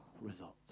results